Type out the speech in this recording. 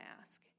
ask